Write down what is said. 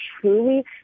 truly